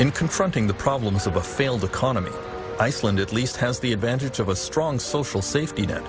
in confronting the problems of a failed economy iceland at least has the advantage of a strong social safety